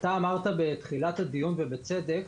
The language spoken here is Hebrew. אתה אמרת בתחילת הדיון, ובצדק,